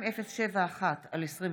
יום האחדות,